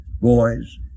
boys